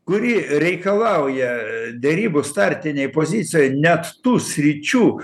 kuri reikalauja derybų startinėj pozicijoj net tų sričių